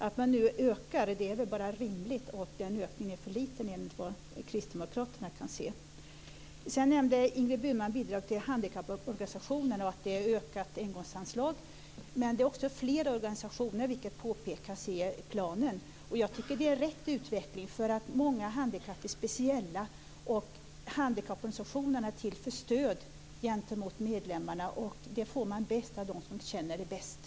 Att man nu ökar det igen är väl bara rimligt, och enligt vad Kristdemokraterna kan se är den ökningen för liten. Sedan nämnde Ingrid Burman bidragen till handikapporganisationerna och ett engångsanslag. Men det finns också fler organisationer, vilket påpekas i planen. Jag tycker att det är en riktig utveckling. Många handikapp är speciella. Handikapporganisationerna är till för att ge medlemmarna stöd, och det får man bäst av dem som bäst känner till problemen.